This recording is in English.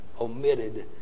omitted